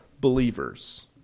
believers